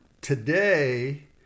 today